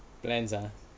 plans ah